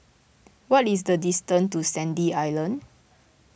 what is the distance to Sandy Island